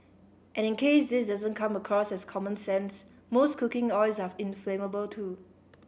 and in case this doesn't come across as common sense most cooking oils are inflammable too